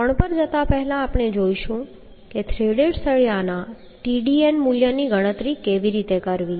કોણ પર જતા પહેલા આપણે જોઈશું કે થ્રેડેડ સળિયાના Tdn મૂલ્યની ગણતરી કેવી રીતે કરવી